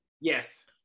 yes